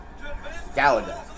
Galaga